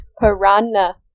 piranha